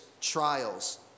trials